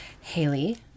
Haley